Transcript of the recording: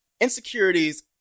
Insecurities